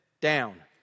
down